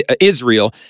Israel